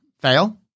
Fail